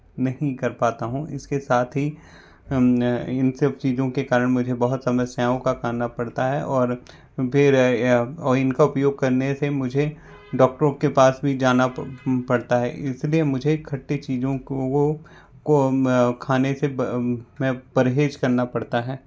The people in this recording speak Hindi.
नहीं कर पाता हूँ इसके साथ ही हम इन सब चीज़ों के कारण मुझे बहुत समस्याओं का करना पड़ता हैं और फिर ओ इनका उपयोग करने से मुझे डॉक्टरों के पास भी जाना पड़ता है इसलिए मुझे खट्टी चीज़ों को वह को खाने से मैं परहेज करना पड़ता है